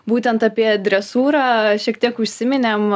būtent apie dresūrą šiek tiek užsiminėm